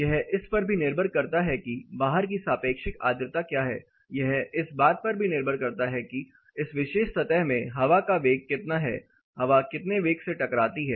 यह इस पर भी निर्भर करता है कि बाहर की सापेक्षिक आर्द्रता क्या है यह इस बात पर भी निर्भर करता है कि इस विशेष सतह में हवा का वेग कितना है हवा कितने वेग से टकराती है